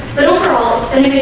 but overalls and